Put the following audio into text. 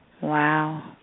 Wow